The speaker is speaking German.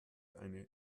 eine